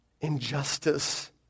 injustice